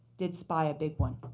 did spy a big one.